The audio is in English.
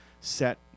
set